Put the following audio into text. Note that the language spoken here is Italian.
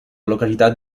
località